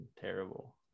terrible